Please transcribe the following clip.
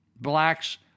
Blacks